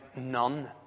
none